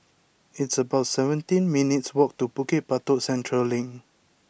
it's about seventeen minutes' walk to Bukit Batok Central Link